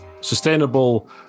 sustainable